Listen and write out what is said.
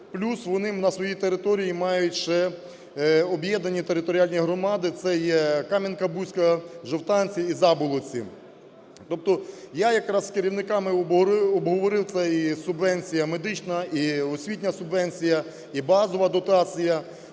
Плюс вони на своїй території мають ще об'єднані територіальні громади – це є Кам'янка-Бузька, Жовтанці і Заболотці. Тобто я якраз з керівниками обговорив, це і субвенція медична, і освітня субвенція, і базова дотація.